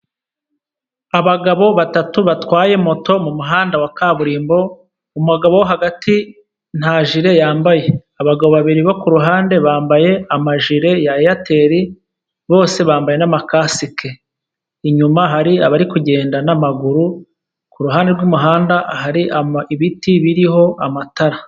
Abagabo batatu batwaye moto mumuhanda wa kaburimbo, umugabo wo hagati nta jire yambaye. Abagabo babiri bo kuruhande bambaye amajire ya Eyateri, bose bambaye n'amakasike. Inyuma hari abari kugenda n'amaguru, kuruhande rw'umuhanda hari ibiti biriho amatara.